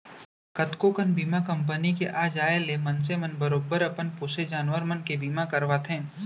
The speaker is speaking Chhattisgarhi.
कतको कन बीमा कंपनी के आ जाय ले मनसे मन बरोबर अपन पोसे जानवर मन के बीमा करवाथें